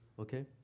Okay